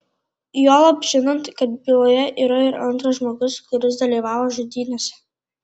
juolab žinant kad byloje yra ir antras žmogus kuris dalyvavo žudynėse